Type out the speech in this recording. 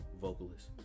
vocalist